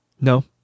No